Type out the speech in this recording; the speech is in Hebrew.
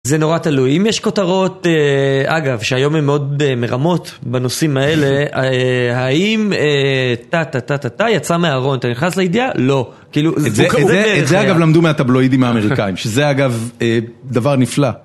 זה נורא תלוי. אם יש כותרות, אגב, שהיום הם מאוד מרמות בנושאים האלה, האם טה, טה, טה, טה, יצא מהארון, אתה נכנס לידיעה? לא. זה אגב למדו מהטבלואידים האמריקאים, שזה אגב דבר נפלא.